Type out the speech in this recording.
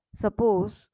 suppose